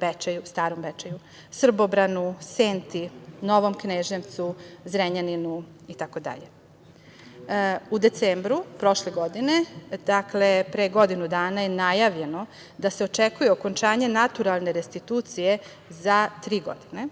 Bečeju, Starom Bečeju, Srbobranu, Senti, Novom Kneževcu, Zrenjaninu itd.U decembru prošle godine, dakle pre godinu dana, je najavljeno da se očekuje okončanje naturalne restitucije u naredne tri godine,